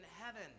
heaven